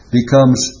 becomes